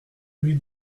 lui